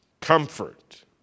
Comfort